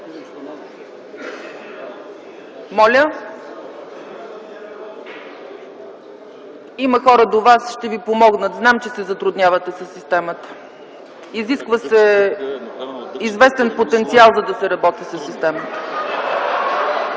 Моля? Има хора до Вас, ще Ви помогнат. Знам, че се затруднявате със системата. Изисква се известен потенциал, за да се работи със системата.